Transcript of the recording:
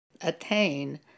attain